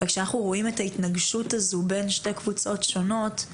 וכשאנחנו רואים את ההתנגשות הזו בין שתי קבוצות שונות,